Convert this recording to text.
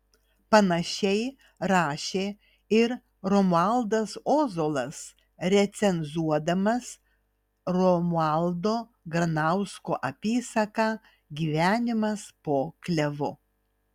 panašiai rašė ir romualdas ozolas recenzuodamas romualdo granausko apysaką gyvenimas po klevu